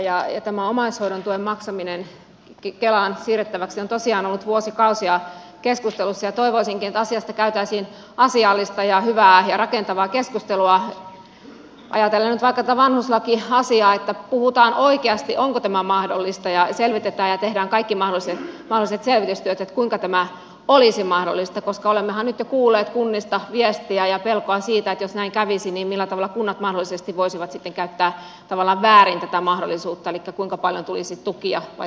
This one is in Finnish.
tämä omaishoidon tuen maksaminen kelaan siirrettäväksi on tosiaan ollut vuosikausia keskustelussa ja toivoisinkin että asiasta käytäisiin asiallista ja hyvää ja rakentavaa keskustelua ajatellen nyt vaikka tuota vanhuslakiasiaa niin että puhutaan oikeasti onko tämä mahdollista ja selvitetään ja tehdään kaikki mahdolliset selvitystyöt että kuinka tämä olisi mahdollista koska olemmehan nyt jo kuulleet kunnista viestejä ja pelkoa siitä että jos näin kävisi niin millä tavalla kunnat mahdollisesti voisivat sitten käyttää tavallaan väärin tätä mahdollisuutta eli kuinka paljon tulisi tukia vai tulisiko